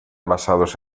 basados